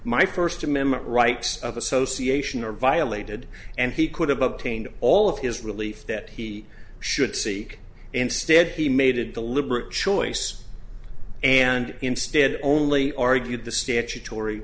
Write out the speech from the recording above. my first amendment rights of association are violated and he could have obtained all of his relief that he should see instead he made a deliberate choice and instead only argued the statutory